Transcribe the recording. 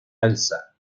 alza